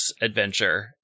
adventure